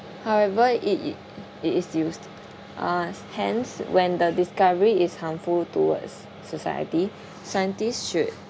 however it it it is used uh hence when the discovery is harmful towards society scientists should